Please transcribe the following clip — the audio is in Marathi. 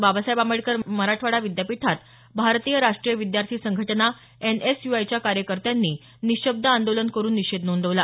बाबासाहेब आंबेडकर मराठवाडा विद्यापीठात भारतीय राष्ट्रीय विद्यार्थी संघटना एनएसयूआयच्या कार्यकर्त्यांनी निशब्द आंदोलन करून निषेध नोंदवला